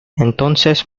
entonces